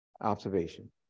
Observation